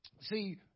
See